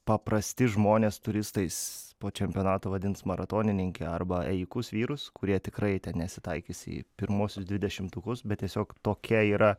paprasti žmonės turistais po čempionato vadins maratonininkę arba ėjikus vyrus kurie tikrai ten nesitaikys į pirmuosius dvidešimtukus bet tiesiog tokia yra